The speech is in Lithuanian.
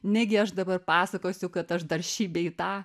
negi aš dabar pasakosiu kad aš dar šį bei tą